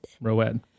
rowed